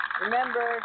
Remember